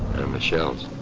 and the shells.